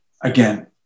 again